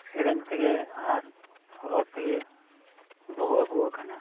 ᱥᱮᱨᱮᱧ ᱛᱮᱜᱮ ᱟᱨ ᱨᱚᱲ ᱛᱮᱜᱮ ᱫᱚᱦᱚ ᱟᱹᱜᱩ ᱟᱠᱟᱱᱟ